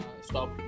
stop